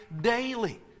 daily